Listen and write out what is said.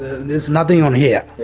is nothing on here.